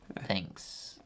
Thanks